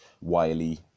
Wiley